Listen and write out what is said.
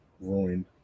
ruined